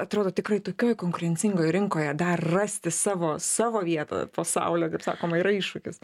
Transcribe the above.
atrodo tikrai tokioj konkurencingoj rinkoje dar rasti savo savo vietą po saule kaip sakoma yra iššūkis